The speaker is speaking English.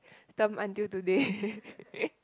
term until today